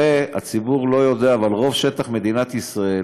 הרי הציבור לא יודע, אבל רוב שטח מדינת ישראל